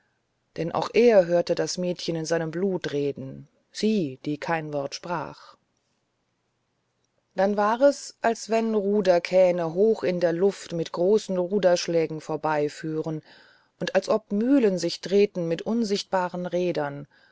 denn auch er hörte das mädchen in seinem blut reden sie die kein wort sprach dann war es als wenn ruderkähne hoch in der luft mit großen ruderschlägen herbeiführen und als ob mühlen sich drehten mit unsichtbaren rädern